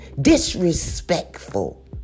disrespectful